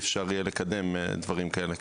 אי אפשר יהיה לקדם דברים כאלה.